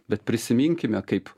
bet prisiminkime kaip